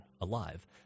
alive